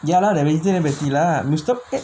ya lah vegetarian patty lah you